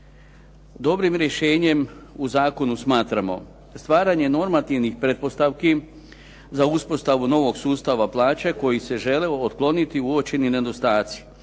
Dobrim rješenjem u zakonu smatramo stvaranje normativnih pretpostavki za uspostavu novog sustava plaće koji se žele otkloniti uočeni nedostaci.